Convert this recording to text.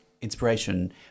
inspiration